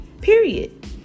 period